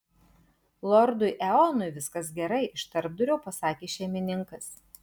lordui eonui viskas gerai iš tarpdurio pasakė šeimininkas